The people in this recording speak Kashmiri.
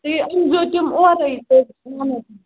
تُہۍ أنۍزیٚو تِم اورَے